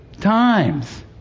times